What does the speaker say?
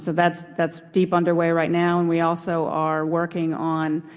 so that's that's deep underway right now. and we also are working on